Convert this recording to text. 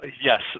Yes